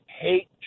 hate